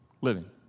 living